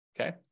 okay